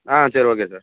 ஆ சரி okay sir